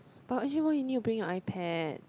but you why you need bring your iPad